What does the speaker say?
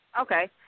Okay